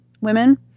women